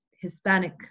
Hispanic